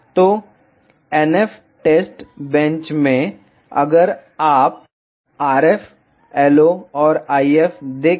तो NF test bench में अब अगर आप RF LO और IF देखें